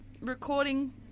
recording